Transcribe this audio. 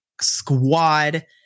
squad